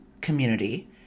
community